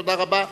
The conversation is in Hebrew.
תודה רבה.